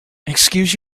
excuse